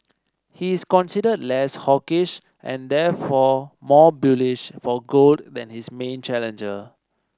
he is considered less hawkish and therefore more bullish for gold than his main challenger